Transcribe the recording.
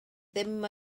ddim